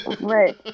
Right